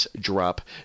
drop